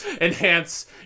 enhance